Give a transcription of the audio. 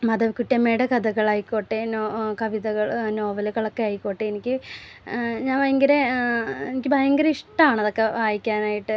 മാധവിക്കുട്ടിയമ്മയുടെ കഥകളായിക്കോട്ടെ കവിതകൾ നോവലുകളൊക്കെ ആയിക്കോട്ടെ എനിക്ക് ഞാൻ ഭയങ്കര എനിക്ക് ഭയങ്കര ഇഷ്ടമാണതൊക്ക വായിക്കാനായിട്ട്